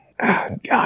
God